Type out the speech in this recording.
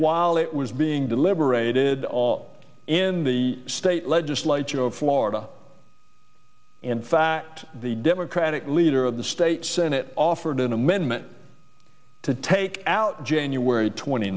while it was being deliberated all in the state legislature of florida in fact the democratic leader of the state senate offered an amendment to take out january twenty